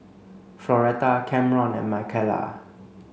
Floretta Camron and Michaela